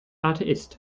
atheist